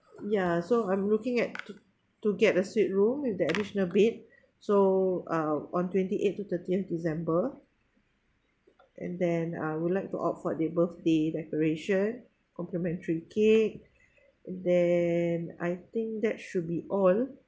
ya so I'm looking at to to get a suite room with that additional bed so uh on twenty eighth to thirtieth december and then I would like to opt for that birthday declaration complimentary cake and then I think that should be all